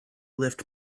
lift